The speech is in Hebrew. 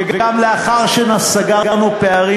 וגם לאחר שסגרנו פערים,